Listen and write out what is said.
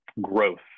growth